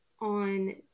on